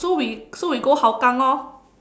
so we so we go Hougang lor